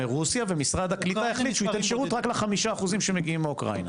ומשרד הקליטה החליט שייתן שירות רק ל-5% שמגיעים מאוקראינה.